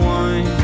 one